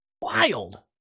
Wild